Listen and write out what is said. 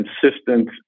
consistent